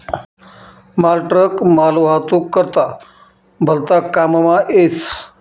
मालट्रक मालवाहतूक करता भलता काममा येस